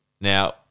Now